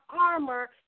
armor